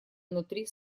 внутри